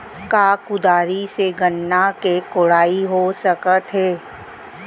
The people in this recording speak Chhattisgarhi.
का कुदारी से गन्ना के कोड़ाई हो सकत हे?